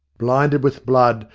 blinded with blood,